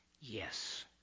yes